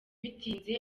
bitinze